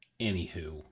anywho